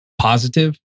positive